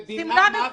ודינם מוות.